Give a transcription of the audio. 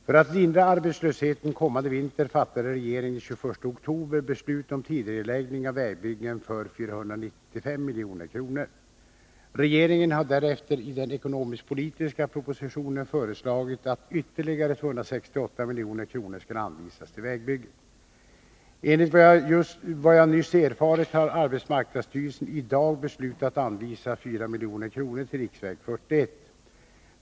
För att lindra arbetslösheten kommande vinter fattade regeringen den 21 oktober beslut om tidigareläggning av vägbyggen för 495 milj.kr. Regeringen har därefter i den ekonomisk-politiska propositionen föreslagit att ytterligare 268 milj.kr. skall anvisas till vägbyggen. Enligt vad jag nyss har erfarit har arbetsmarknadsstyrelsen i dag beslutat anvisa 4 milj.kr. till riksväg 41.